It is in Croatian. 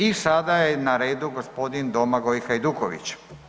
I sada je na redu gospodin Domagoj Hajduković.